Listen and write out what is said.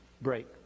break